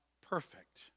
perfect